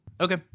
Okay